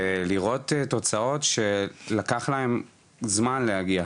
ולראות תוצאות שלקח להם זמן להגיע.